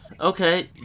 Okay